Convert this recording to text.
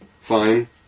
fine